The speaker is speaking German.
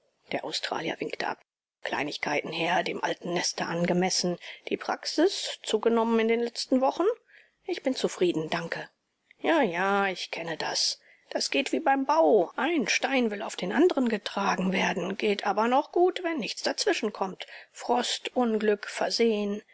der australier winkte ab kleinigkeiten herr dem alten neste angemessen die praxis zugenommen in den letzten wochen ich bin zufrieden danke ja ja ich kenne das das geht wie beim bau ein stein will auf den anderen getragen werden geht aber noch gut wenn nichts dazwischenkommt frost unglück versehen